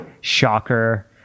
shocker